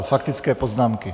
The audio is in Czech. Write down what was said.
Faktické poznámky.